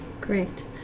great